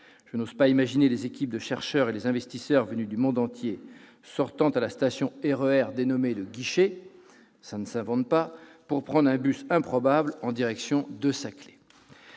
Je n'ose pas imaginer les équipes de chercheurs et les investisseurs venus du monde entier sortant à la station RER dénommée Le Guichet- cela ne s'invente pas !-, pour prendre un bus improbable en direction de Saclay.